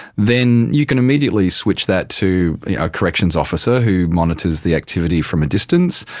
then you can immediately switch that to a corrections officer who monitors the activity from a distance,